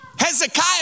Hezekiah